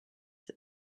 that